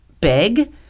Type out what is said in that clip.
big